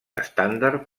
estàndard